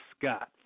Scott